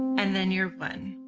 and then your one.